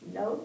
no